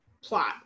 plot